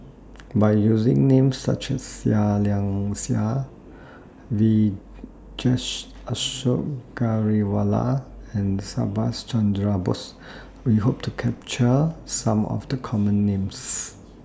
By using Names such as Seah Liang Seah Vijesh Ashok Ghariwala and Subhas Chandra Bose We Hope to capture Some of The Common Names